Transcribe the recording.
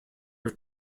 are